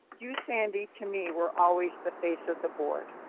you, sandy, to me, were always the face of the board.